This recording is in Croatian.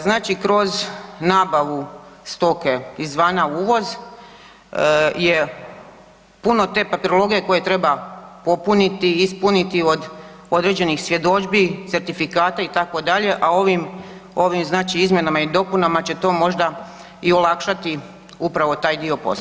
Znači kroz nabavu stoke izvana, uvoz, je puno te papirologije koju treba popuniti, ispuniti od određenih svjedodžbi, certifikata itd., a ovim, ovim, znači izmjenama i dopunama će to možda i olakšati upravo taj dio posla.